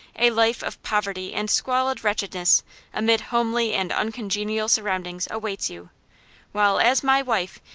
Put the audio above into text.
a life of poverty and squalid wretchedness amid homely and uncongenial surroundings awaits you while, as my wife,